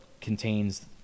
contains